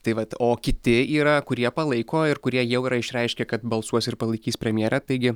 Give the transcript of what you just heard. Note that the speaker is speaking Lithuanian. tai vat o kiti yra kurie palaiko ir kurie jau yra išreiškę kad balsuos ir palaikys premjera taigi